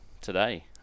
today